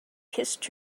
kissed